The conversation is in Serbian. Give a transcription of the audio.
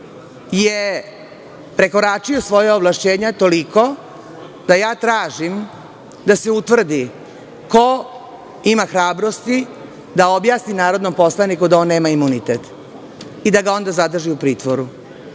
je prekoračio svoja ovlašćenja toliko da tražim da se utvrdi ko ima hrabrosti da objasni narodnom poslaniku da on nema imunitet i da ga onda zadrži u pritvoru.